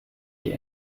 die